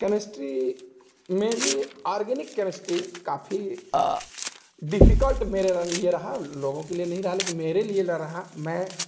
chemistry में भी organic chemistry काफ़ी डिफिकल्ट मेरे लिए रहा लोगों के लिए नहीं रहा लेकिन मेरे लिए रहा